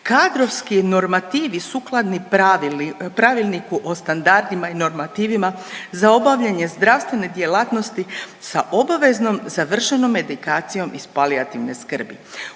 kadrovski normativi sukladni Pravilniku o standardima i normativima za obavljanje zdravstvene djelatnosti sa obaveznom završenom medikacijom iz palijativne skrbi.